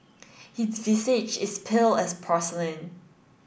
his visage is pale as porcelain